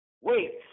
wait